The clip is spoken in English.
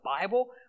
Bible